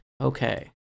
Okay